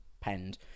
penned